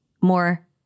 more